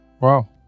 Wow